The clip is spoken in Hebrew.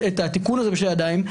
התיקון בשתי ידיים,